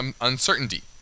uncertainty